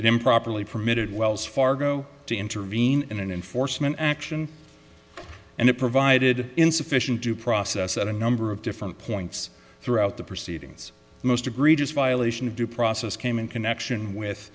improperly permitted wells fargo to intervene in an enforcement action and it provided insufficient due process at a number of different points throughout the proceedings the most egregious violation of due process came in connection with